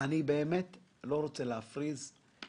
אני לא רוצה להפריז,